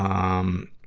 um,